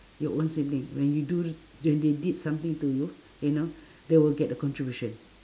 your own sibling when you do s~ when they did something to you you know they will get the contribution